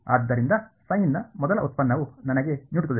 ಆದ್ದರಿಂದ ಸೈನ್ನ ಮೊದಲ ಉತ್ಪನ್ನವು ನನಗೆ ನೀಡುತ್ತದೆ